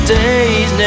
days